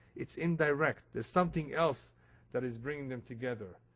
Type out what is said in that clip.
it's indirect. there's something else that is bringing them together.